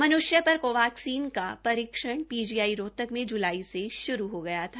मन्ष्य पर कोवाक्सीन का परीक्ष्ण पीजीआई रोहतक में ज्लाई श्रू हो गया है